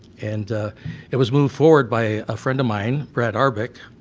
and it was moved forward by a friend of mine, brad arbic,